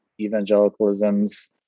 evangelicalism's